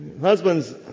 Husbands